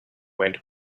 went